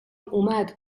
اومد